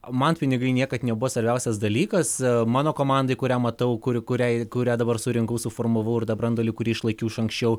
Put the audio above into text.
o man pinigai niekad nebuvo svarbiausias dalykas mano komandai kurią matau kuri kuriai kurią dabar surinkau suformavau ir tą branduolį kurį išlaikiau iš anksčiau